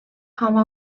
hava